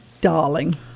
darling